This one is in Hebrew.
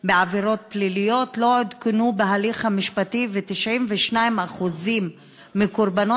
עבירות פליליות לא עודכנו בהליך המשפטי ו-92% מקורבנות